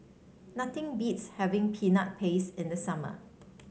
nothing beats having Peanut Paste in the summer